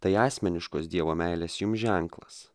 tai asmeniškos dievo meilės jums ženklas